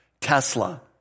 Tesla